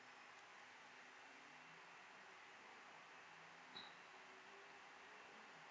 mm